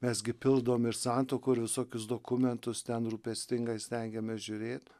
mes gi pildome ir santuokų ir visokius dokumentus ten rūpestingai stengiamės žiūrėt